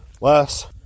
less